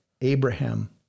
Abraham